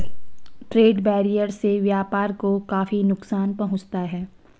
trade barrier से व्यापार को काफी नुकसान पहुंचता है